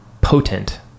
potent